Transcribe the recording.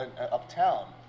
uptown